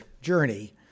journey